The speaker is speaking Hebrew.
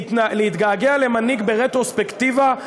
להתגעגע למנהיג ברטרוספקטיבה,